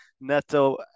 neto